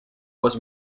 was